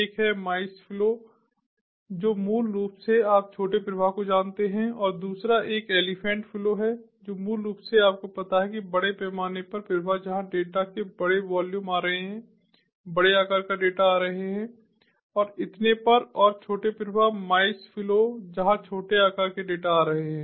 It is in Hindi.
एक है माइस फ्लो जो मूल रूप से आप छोटे प्रवाह को जानते हैं और दूसरा एक एलीफैंट फ्लो है जो मूल रूप से आपको पता है कि बड़े पैमाने पर प्रवाह जहां डेटा के बड़े वॉल्यूम आ रहे हैं बड़े आकार के डेटा आ रहे हैं और इतने पर और छोटे प्रवाह माइस फ्लो जहां छोटे आकार के डेटा आ रहे हैं